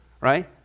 Right